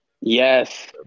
Yes